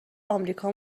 امریکا